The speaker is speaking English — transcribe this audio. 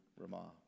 Ramah